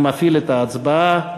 אני מפעיל את ההצבעה.